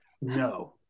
no